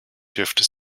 dürfte